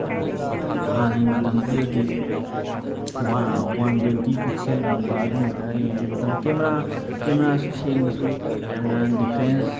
ꯍꯥꯟꯅꯒꯤ ꯃꯇꯝꯗꯨꯗꯗꯤ one twenty ꯄꯤꯛꯁꯦꯜꯒꯨꯝꯕ ꯑꯗꯨꯝꯕꯗ ꯌꯦꯡꯉꯤ ꯃꯇꯝꯗꯨꯗ ꯀꯦꯃꯦꯔꯥ ꯀꯦꯃꯦꯔꯥꯁꯨ ꯁꯦꯡꯕꯁꯨ ꯌꯥꯝꯅ ꯗꯤꯐ꯭ꯔꯦꯟꯁ